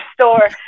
store